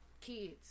kids